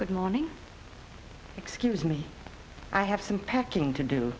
good morning excuse me i have some packing to do